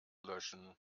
löschen